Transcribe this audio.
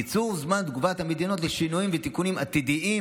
קיצור זמן תגובת המדינות לשינויים ותיקונים עתידיים